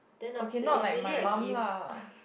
okay not like my mum lah